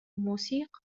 موسيقى